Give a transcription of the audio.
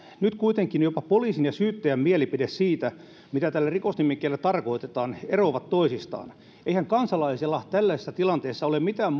nyt kuitenkin jopa poliisin ja syyttäjän mielipiteet siitä mitä tällä rikosnimikkeellä tarkoitetaan eroavat toisistaan eihän kansalaisella tällaisessa tilanteessa ole mitään